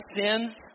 sins